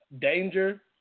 danger